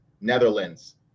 Netherlands